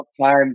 Time